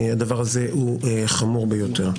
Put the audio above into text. הדבר הזה הוא חמור ביותר.